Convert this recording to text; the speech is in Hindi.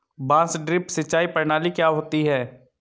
बांस ड्रिप सिंचाई प्रणाली क्या होती है?